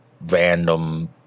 random